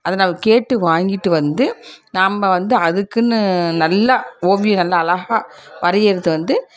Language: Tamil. அதை நம்மக் கேட்டு வாங்கிட்டு வந்து நாம் வந்து அதுக்குன்னு நல்லா ஓவியம் நல்லா அழகா வரையறது வந்து